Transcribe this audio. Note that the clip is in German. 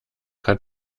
hat